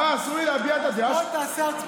בוא תעשה הצבעה.